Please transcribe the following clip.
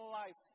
life